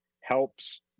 helps